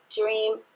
dream